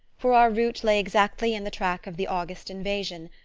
for our route lay exactly in the track of the august invasion,